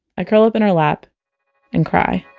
i curl up and her lap and. cry